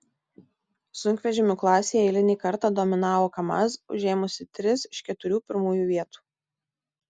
sunkvežimių klasėje eilinį kartą dominavo kamaz užėmusi tris iš keturių pirmųjų vietų